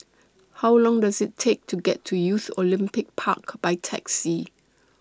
How Long Does IT Take to get to Youth Olympic Park By Taxi